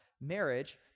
marriage